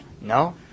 No